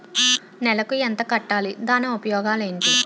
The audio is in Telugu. నెలకు ఎంత కట్టాలి? దాని ఉపయోగాలు ఏమిటి?